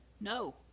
No